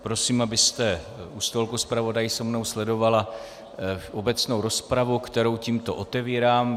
Prosím, abyste u stolku zpravodajů se mnou sledovala obecnou rozpravu, kterou tímto otevírám.